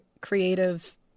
creative